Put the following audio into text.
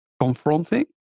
confronting